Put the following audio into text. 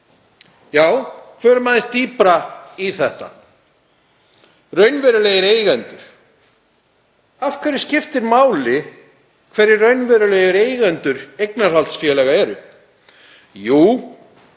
Förum aðeins dýpra í þetta. Raunverulegir eigendur. Af hverju skiptir máli hverjir raunverulegir eigendur eignarhaldsfélaga eru? Jú,